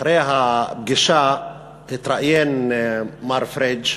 אחרי הפגישה התראיין מר פריג'